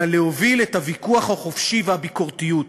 אלא להוביל את הוויכוח החופשי והביקורתיות.